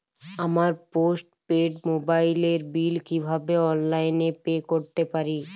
আমার post paid মোবাইলের bill কীভাবে অনলাইনে পে করতে পারি?